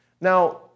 Now